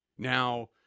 Now